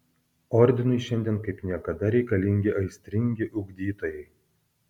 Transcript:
ordinui šiandien kaip niekada reikalingi aistringi ugdytojai